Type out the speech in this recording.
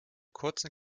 kurzen